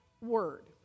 word